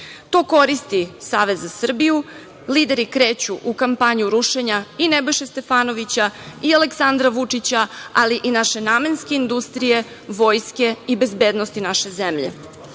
koristi Savez za Srbiju, lideri kreću u kampanju rušenja i Nebojše Stefanovića i Aleksandra Vučića, ali i naše namenske industrije, vojske i bezbednosti naše zemlje. Kada